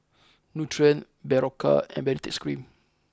Nutren Berocca and Baritex Cream